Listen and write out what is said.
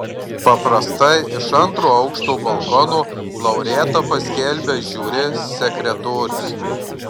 paprastai iš antro aukšto balkono laureatą paskelbia žiuri sekretorius